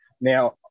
Now